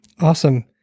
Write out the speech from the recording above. awesome